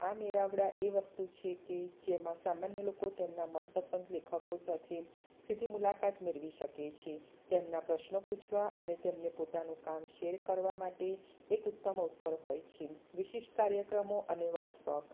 આ મેળાવડાં એ વસ્તુ છે કે જેમાં સામાન્ય લોકો તેમના મનપસંદ લેખકો સાથે સીધી મુલાકાત મેળવી શકે છે તેમના પ્રશ્નો પૂછવા અને તેમનું પોતાનું કામ શેર કરવા માટે એક ઉત્તમ અવસર હોય છે વિશિષ્ટ કાર્યક્રમો અને વર્કસોપ